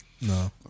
No